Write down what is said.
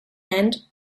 and